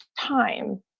time